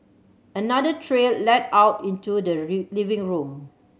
another trail led out into the living room